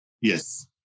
Yes